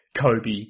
Kobe